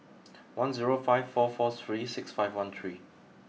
one zero five four four three six five one three